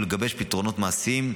ולגבש פתרונות מעשיים,